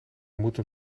moeten